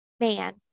man